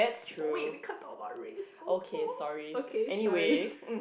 wait we can't talk about race also okay sorry